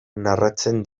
narratzen